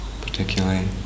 particularly